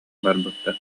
барбыттар